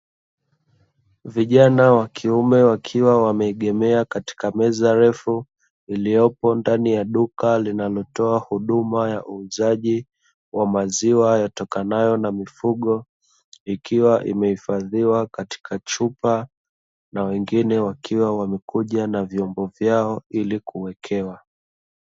Vijana wakiume wakiwa wameegemea katika meza refu iliyopo ndani ya duka linalotoa huduma ya uuzaji wa maziwa yatokanayo na mifugo ikiwa imehifadhiwa katika chupa na wengine wakiwa wamekuja na vyombo vyao ili kuwekewa.